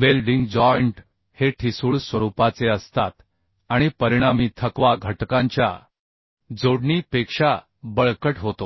welding joint हे ठिसूळ स्वरूपाचे असतात आणि परिणामी थकवा घटकांच्या जोडणी पेक्षा बळकट होतो